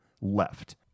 Left